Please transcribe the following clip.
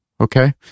Okay